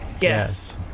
Yes